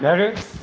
ready